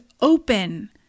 open